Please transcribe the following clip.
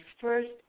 first